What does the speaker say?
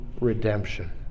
redemption